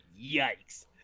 yikes